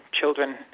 children